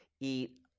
eat